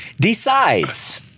decides